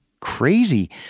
crazy